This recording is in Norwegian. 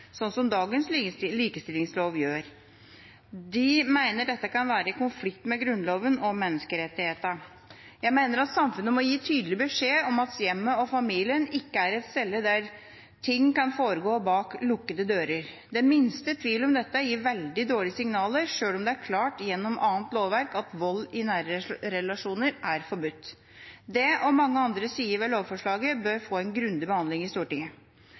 dagens likestillingslov gjør. De mener dette kan være i konflikt med Grunnloven og menneskerettighetene. Jeg mener samfunnet må gi tydelig beskjed om at hjemmet og familien ikke er et sted der ting kan foregå bak lukkede dører. Den minste tvil om dette gir veldig dårlige signaler, selv om det er klart gjennom annet lovverk at vold i nære relasjoner er forbudt. Det, og mange andre sider ved lovforslaget, bør få en grundig behandling i Stortinget.